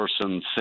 person